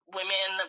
women